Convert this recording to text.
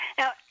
Now